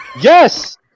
Yes